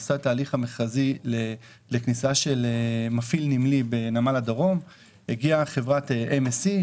עשתה את התהליך המכרזי לכניסה של מפעיל נמלי בנמל הדרום הגיעה חברת MSC,